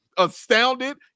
astounded